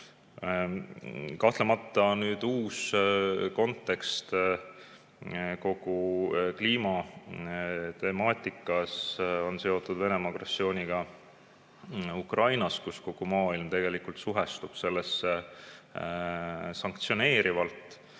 Kahtlemata uus kontekst kogu kliimatemaatikas on seotud Venemaa agressiooniga Ukrainas, kogu maailm suhestub sellesse sanktsioneerivalt.